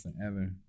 forever